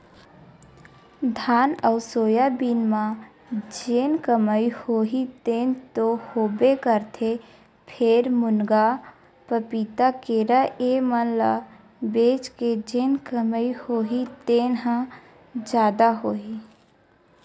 धान अउ सोयाबीन म जेन कमई होही तेन तो होबे करथे फेर, मुनगा, पपीता, केरा ए मन ल बेच के जेन कमई होही तेन ह जादा होही